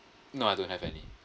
no I don't have any